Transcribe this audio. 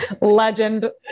Legend